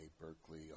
Berkeley